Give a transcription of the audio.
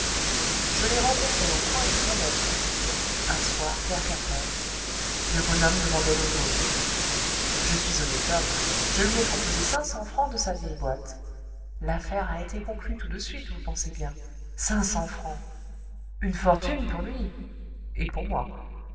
je l'ai rencontré au coin du pont-neuf et du quai un soir vers quatre heures le bonhomme demandait l'aumône je suis honnête homme je lui ai proposé cinq cents francs de sa vieille boîte l'affaire a été conclue tout de suite vous pensez bien cinq cents francs une fortune pour lui et pour moi